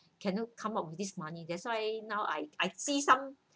cannot come up with this money that's why now I I see some